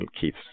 Keith